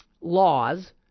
laws